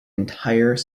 entire